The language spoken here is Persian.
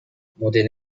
مدل